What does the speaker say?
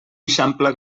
eixampla